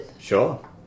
Sure